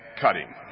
cutting